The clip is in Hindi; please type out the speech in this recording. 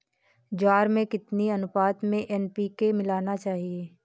ज्वार में कितनी अनुपात में एन.पी.के मिलाना चाहिए?